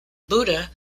buddha